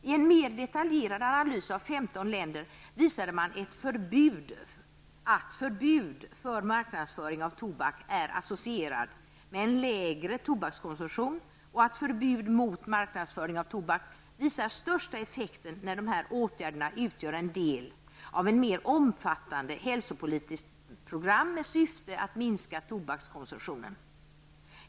I en mer detaljerad analys av 15 länder visade man att förbud för marknadsföring av tobak är associerad med en lägre tobakskonsumtion och att förbud mot marknadsföring av tobak visar största effekten när dessa åtgärder utgör en del av ett mer omfattande hälsopolitiskt program med syfte att minska tobakskonsumtionen.